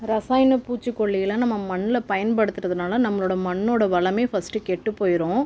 இரசாயன பூச்சிக்கொல்லிகளை நம்ம மண்ணில் பயன்படுத்துகிறதுனால நம்மளோடய மண்ணோடய வளமே ஃபஸ்ட்டு கெட்டுப்போயிரும்